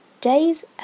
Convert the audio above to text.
days